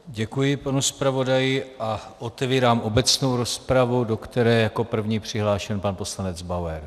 Děkuji panu zpravodaji a otevírám obecnou rozpravu, do které je jako první přihlášen pan poslanec Bauer.